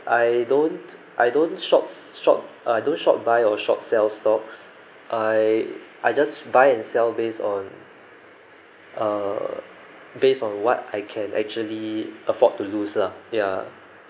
I don't I don't short short I don't short buy or short sell stocks I I just buy and sell based on uh based on what I can actually afford to lose lah ya